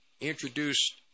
introduced